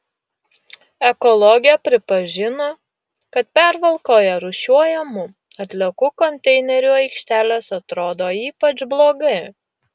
ekologė pripažino kad pervalkoje rūšiuojamų atliekų konteinerių aikštelės atrodo ypač blogai